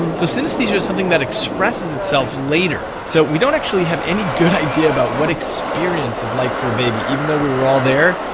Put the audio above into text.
and so synesthesia is something that expresses itself later. so we don't actually have any good idea about what experience is like for a baby, even though we were all there,